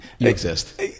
exist